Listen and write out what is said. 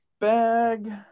bag